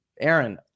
Aaron